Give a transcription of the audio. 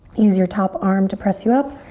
use your top arm to press you up.